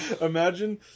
imagine